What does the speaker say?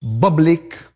public